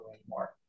anymore